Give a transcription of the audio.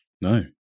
No